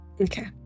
Okay